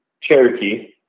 Cherokee